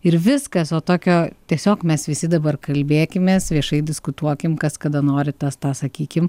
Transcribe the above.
ir viskas o tokio tiesiog mes visi dabar kalbėkimės viešai diskutuokim kas kada nori tas tą sakykim